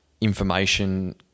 information